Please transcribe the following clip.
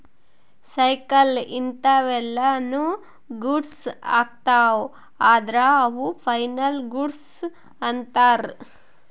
cycle ಇಂತವೆಲ್ಲ ನು goods ಅಗ್ತವ ಅದ್ರ ಅವು ಫೈನಲ್ ಗೂಡ್ಸ್ ಅಂತರ್